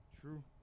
True